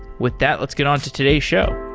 with that, let's get on to today's show.